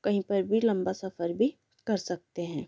कहीं पर भी लंबा सफ़र भी कर सकते हैं